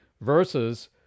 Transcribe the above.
versus